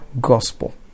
gospel